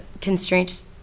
constraints